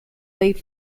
late